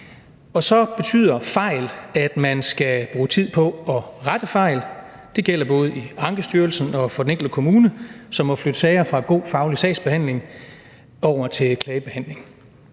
Og så betyder fejl, at man skal bruge tid på at rette fejl. Det gælder både i Ankestyrelsen og for den enkelte kommune, tid, som måske skal tages fra god faglig sagsbehandling og over til klagebehandling.